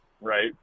Right